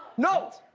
no.